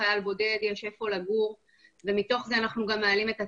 חייל בודד יש איפה לגור ומתוך זה אנחנו גם מעלים את הצרכים,